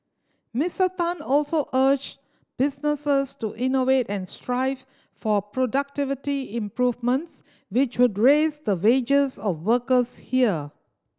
Mister Tan also urged businesses to innovate and strive for productivity improvements which would raise the wages of workers here